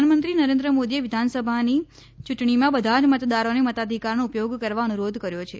પ્રધાનમંત્રી નરેન્દ્ર મોદી એ વિધાનસભાની યૂંટણીમાં બધા જ મતદારોને મતાધિકારનો ઉપયોગ કરવા અનુરોધ કર્યો છે